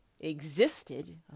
existed